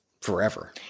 forever